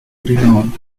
renown